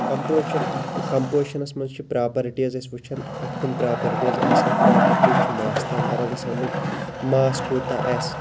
composition compositions مَنٛز چھِ properties أسۍ وٕچھان اتھ کَم پراپَرٹیٖز آسن پراپَرٹیٖز چھِ ماس تَل تَران سمجھ ماس کوتاہ آسہِ